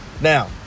now